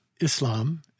Islam